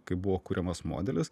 kai buvo kuriamas modelis